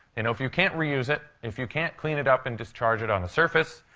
you know if you can't reuse it, if you can't clean it up and discharge it on the surface,